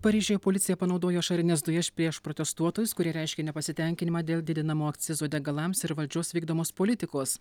paryžiuje policija panaudojo ašarines dujas prieš protestuotojus kurie reiškė nepasitenkinimą dėl didinamo akcizo degalams ir valdžios vykdomos politikos